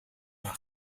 maar